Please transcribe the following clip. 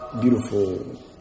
beautiful